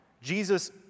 Jesus